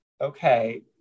okay